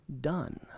done